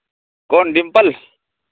कौन डिम्पल